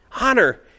Honor